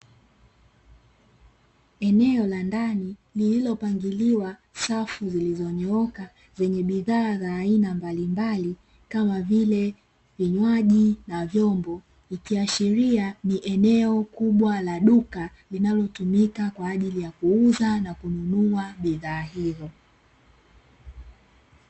Eneo la ndani lililopangiliwa safu zilizonyooka, zenye bidhaa za aina mbalimbali, kama vile vinywaji na vyombo, vikiashiria ni eneo kubwa la duka linalotumika kwa ajili ya kuuza na kununua bidhaa hizo.